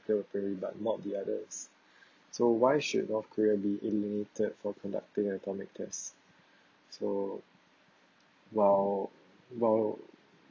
but not the others so why should north korea be eliminated for conducting an atomic test so while while